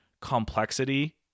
complexity